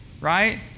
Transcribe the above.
right